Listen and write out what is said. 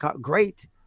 great